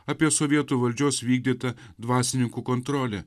apie sovietų valdžios vykdytą dvasininkų kontrolę